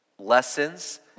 lessons